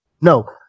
No